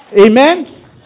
Amen